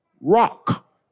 rock